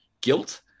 guilt